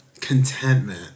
contentment